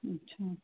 अच्छा